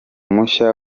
mushya